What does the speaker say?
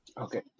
Okay